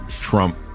Trump